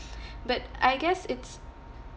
but I guess it's